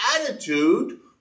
attitude